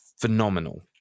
phenomenal